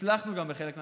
הצלחנו גם בחלק מהמשימות,